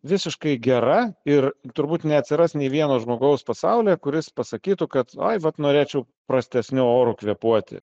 visiškai gera ir turbūt neatsiras nei vieno žmogaus pasaulyje kuris pasakytų kad ai vat norėčiau prastesniu oru kvėpuoti